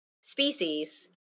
species